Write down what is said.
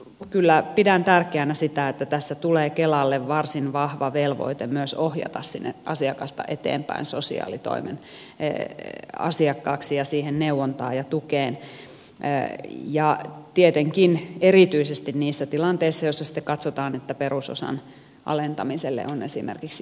sitten kyllä pidän tärkeänä sitä että tässä tulee kelalle varsin vahva velvoite myös ohjata asiakasta eteenpäin sinne sosiaalitoimen asiakkaaksi ja siihen neuvontaan ja tukeen tietenkin erityisesti niissä tilanteissa joissa sitten katsotaan että perusosan alentamiselle on esimerkiksi jokin peruste